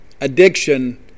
Addiction